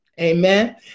Amen